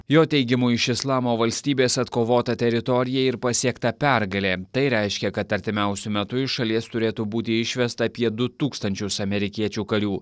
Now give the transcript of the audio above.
jo teigimu iš islamo valstybės atkovota teritorija ir pasiekta pergalė tai reiškia kad artimiausiu metu iš šalies turėtų būti išvesta apie du tūkstančius amerikiečių karių